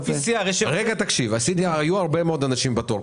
היו הרבה אנשים בתור.